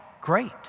great